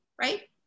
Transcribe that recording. right